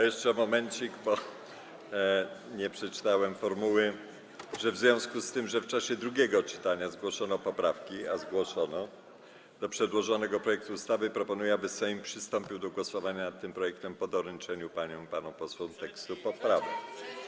Jeszcze momencik, bo nie przeczytałem formuły, że w związku z tym, że w czasie drugiego czytania zgłoszono poprawki do przedłożonego projektu ustawy, a zgłoszono, proponuję, aby Sejm przystąpił do głosowania nad tym projektem po doręczeniu paniom i panom posłom tekstu poprawek.